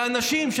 שאנשים,